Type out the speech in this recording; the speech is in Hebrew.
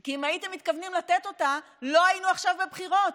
כי אם הייתם מתכוונים לתת אותה לא היינו עכשיו בבחירות,